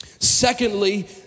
Secondly